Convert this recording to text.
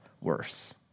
worse